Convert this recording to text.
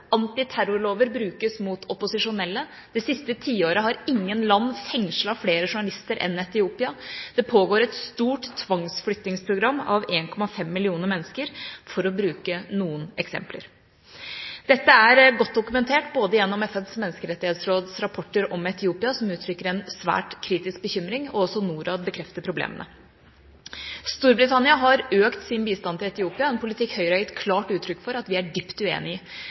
Antiterrorlover brukes mot opposisjonelle, det siste tiåret har ingen land fengslet flere journalister enn Etiopia, og det pågår et stort tvangsflyttingsprogram av 1,5 millioner mennesker, for å bruke noen eksempler. Dette er godt dokumentert, både gjennom FNs menneskerettighetsråds rapporter om Etiopia, som uttrykker en svært kritisk bekymring, og NORAD bekrefter også problemene. Storbritannia har økt sin bistand til Etiopia – en politikk som Høyre har gitt klart uttrykk for at vi er dypt uenig i.